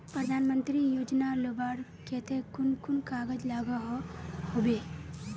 प्रधानमंत्री योजना लुबार केते कुन कुन कागज लागोहो होबे?